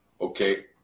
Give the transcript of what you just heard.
Okay